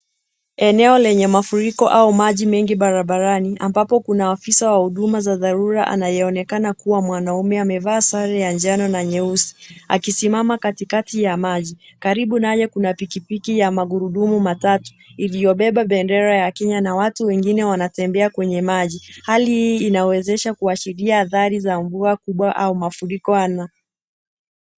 Eneo lenye mafuriko au maji mengi barabarani ambapo kuna afisa wa huduma za dharura anayeonekana kuwa mwanaume. Amevaa sare ya njano na nyeusi akisimama katikati ya maji. Karibu naye kuna pikipiki ya magurudumu matatu iliyobeba bendera ya Kenya na watu wengine wanatembea kwenye maji. Hali hii inawezesha kuashiria athari za mvua kubwa au mafuriko.